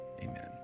Amen